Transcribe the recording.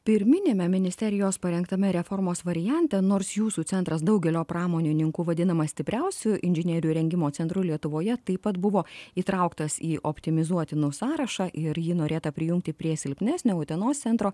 pirminiame ministerijos parengtame reformos variante nors jūsų centras daugelio pramonininkų vadinamas stipriausiu inžinierių rengimo centru lietuvoje taip pat buvo įtrauktas į optimizuotinų sąrašą ir jį norėta prijungti prie silpnesnio utenos centro